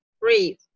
breathe